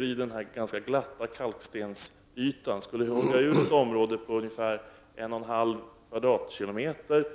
i den ganska glatta kalkstensytan skall hugga ut ett område på 1,5 km?